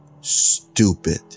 stupid